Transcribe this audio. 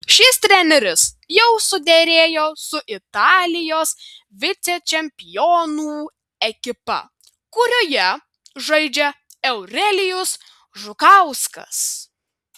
šis treneris jau suderėjo su italijos vicečempionų ekipa kurioje žaidžia eurelijus žukauskas